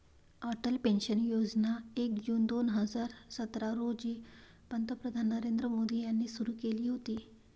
Atal pension योजना एक June दोन हजार सतरा रोजी पंतप्रधान नरेंद्र मोदी यांनी सुरू केली होती